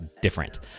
different